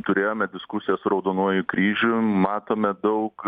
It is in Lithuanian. turėjome diskusiją su raudonuoju kryžium matome daug